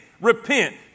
repent